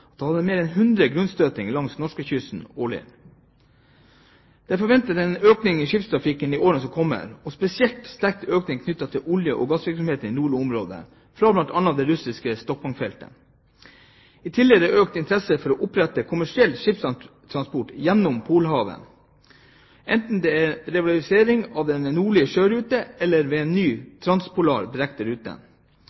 at en hadde mer enn 100 grunnstøtinger langs norskekysten årlig. Det er forventet en økning i skipstrafikken i årene som kommer, spesielt knyttet til olje- og gassvirksomheten i de nordlige områdene – bl.a. fra det russiske Sjtokman-feltet. I tillegg er det økt interesse for å opprette kommersiell skipstransport gjennom Polhavet, enten ved en revitalisering av den nordlige sjørute eller ved en ny